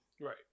Right